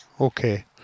Okay